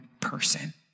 person